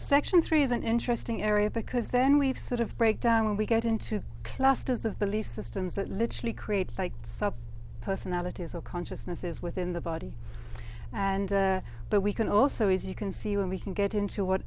section three is an interesting area because then we've sort of break down when we get into clusters of belief systems that literally create fake personalities or consciousnesses within the body and but we can also as you can see when we can get into what